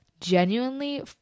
genuinely